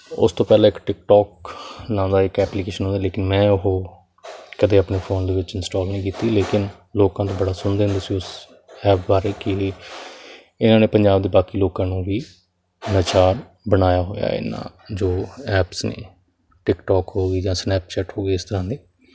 ਉਸ ਤੋਂ ਪਹਿਲਾਂ ਇੱਕ ਟਿਕ ਟੋਕ ਨਾਂ ਦਾ ਇਕ ਐਪਲੀਕੇਸ਼ਨ ਆਇਆ ਲੇਕਿਨ ਮੈਂ ਉਹ ਕਦੇ ਆਪਣੇ ਫੋਨ ਦੇ ਵਿੱਚ ਇੰਸਟਾਲ ਨਹੀਂ ਕੀਤੀ ਲੇਕਿਨ ਲੋਕਾਂ ਤੋਂ ਬੜਾ ਸੁਣਦੇ ਹੁੰਦੇ ਸੀ ਉਸ ਐਪ ਬਾਰੇ ਕਿ ਇਹਨਾਂ ਨੇ ਪੰਜਾਬ ਦੇ ਬਾਕੀ ਲੋਕਾਂ ਨੂੰ ਵੀ ਨਚਾਰ ਬਣਾਇਆ ਹੋਇਆ ਇਹਨਾਂ ਜੋ ਐਪਸ ਨੇ ਟਿਕਟੋਕ ਹੋ ਗਈ ਜਾਂ ਸਨੈਪਚੈਟ ਹੋ ਗਈ ਇਸ ਤਰ੍ਹਾਂ ਦੇ